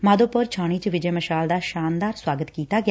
ਮਾਧੋਪੁਰ ਛਾਉਣੀ ਚ ਵਿਜੈ ਮਸ਼ਾਲ ਦਾ ਸ਼ਾਨਦਾਰ ਸੁਆਗਤ ਕੀਤਾ ਗਿਆ